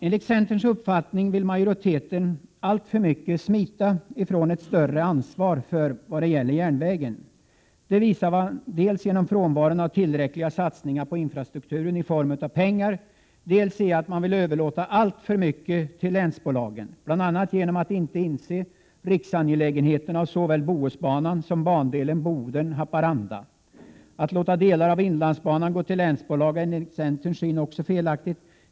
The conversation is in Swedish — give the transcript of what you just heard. Vi i centern är av den uppfattningen att majoriteten alltför mycket vill smita undan ett större ansvar vad gäller järnvägen. Det visar man dels genom frånvaron av tillräckliga satsningar på infrastrukturen i form av pengar, dels genom att man vill överlåta alltför mycket till länsbolagen. Bl. a. inser man ju inte riksangelägenheten när det gäller såväl Bohusbanan som bandelen Boden-Haparanda. Att låta delar av inlandsbanan ingå i länsbolagen är enligt centerns uppfattning också felaktigt.